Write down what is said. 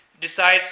decides